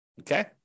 okay